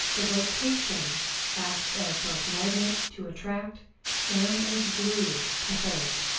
the vocation acts as both magnet to attract and as glue to hold.